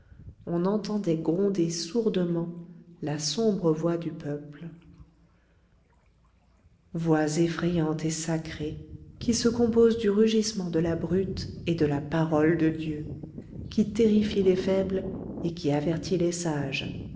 on entendait gronder sourdement la sombre voix du peuple voix effrayante et sacrée qui se compose du rugissement de la brute et de la parole de dieu qui terrifie les faibles et qui avertit les sages